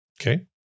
Okay